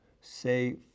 say